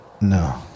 No